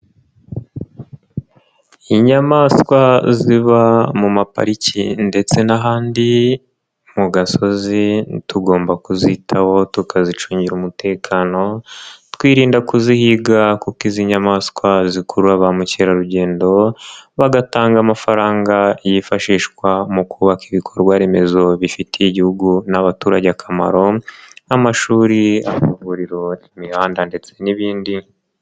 Inyamaswa ziba mu mapariki ndetse n'ahandi mu gasozi tugomba kuzitaho tukazicungira umutekano twirinda kuzihiga kuko izi nyamaswa zikurura ba mukerarugendo bagatanga amafaranga yifashishwa mu kubaka ibikorwa remezo bifitiye igihugu n'abaturage akamaro nk'amashuri, amavuriro, imihanda ndetse n'ibindi.